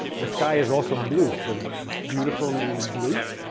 the sky is also blue, does beautiful mean blue?